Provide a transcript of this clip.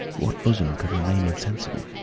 what bosom can remain insensible?